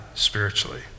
spiritually